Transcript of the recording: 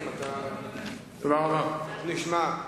נשמע.